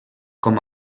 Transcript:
com